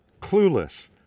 clueless